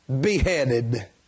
beheaded